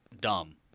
dumb